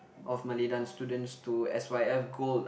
of Malay dance students to s_y_f gold